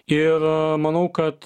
ir manau kad